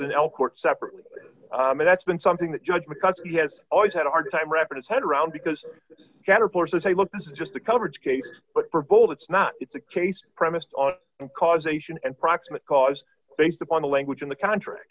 l court separately and that's been something that judge because he has always had a hard time wrapping his head around because caterpillar says hey look this is just the coverage case but for bold it's not it's a case premised on causation and proximate cause based upon the language in the contract